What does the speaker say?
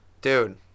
Dude